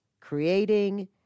creating